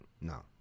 no